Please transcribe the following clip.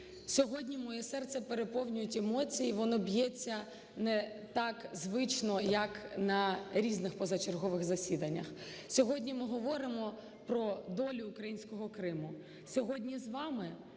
Сьогодні моє серце переповнюють емоції, воно б'ється не так звично як на різних позачергових засіданнях. Сьогодні ми говоримо про долю українського Криму.